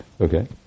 okay